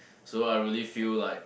so I really feel like